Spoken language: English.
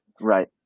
Right